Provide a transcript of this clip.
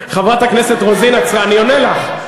גם מה ש-48' חברת הכנסת רוזין, אני עונה לך.